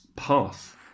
path